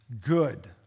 good